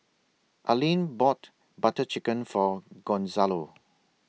Aleen bought Butter Chicken For Gonzalo